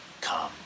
come